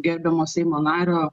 gerbiamo seimo nario